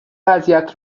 وضعیت